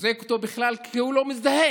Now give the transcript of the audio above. אוזק אותו בכלל כי הוא לא מזדהה,